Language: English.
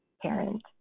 parent